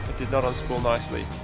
did not un-spool nicely.